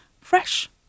fresh